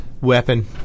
weapon